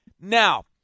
Now